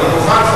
אני מוכן,